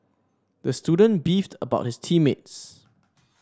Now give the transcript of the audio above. the student beefed about his team mates